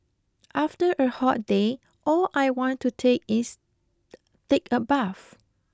after a hot day all I want to take is take a bath